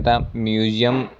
এটা মিউজিয়াম